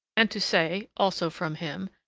and to say, also from him,